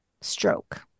Stroke